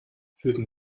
würden